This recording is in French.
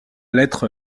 lettre